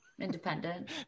independent